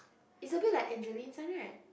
is a bit like Angelene's one right